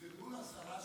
לציבור.